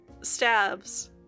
stabs